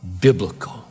biblical